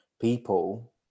people